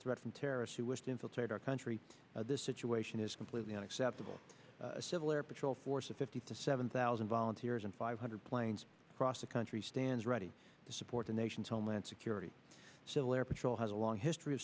threat from terrorists who wish to infiltrate our country this situation is completely unacceptable a civil air patrol force of fifty to seven thousand volunteers and five hundred planes across the country stands ready to support the nation's homeland security civil air patrol has a long history of